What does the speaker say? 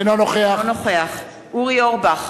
אינו נוכח אורי אורבך,